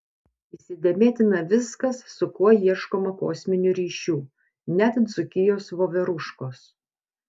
įsidėmėtina viskas su kuo ieškoma kosminių ryšių net dzūkijos voveruškos